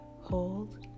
hold